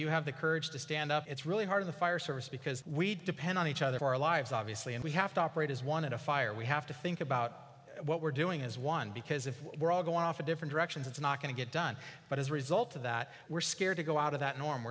you have the courage to stand up it's really hard the fire service because we depend on each other our lives obviously and we have to operate as one in a fire we have to think about what we're doing as one because if we're all going off in different directions it's not going to get done but as a result of that we're scared to go out of that norm